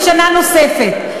לשנה נוספת.